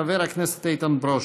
חבר הכנסת איתן ברושי.